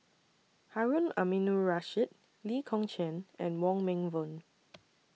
Harun Aminurrashid Lee Kong Chian and Wong Meng Voon